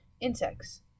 insects